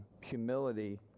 humility